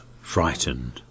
frightened